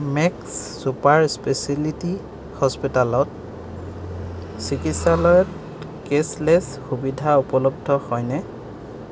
max super speciality হস্পিটালত চিকিৎসালয়ত cashless সুবিধা উপলব্ধ হয়নে